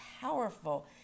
powerful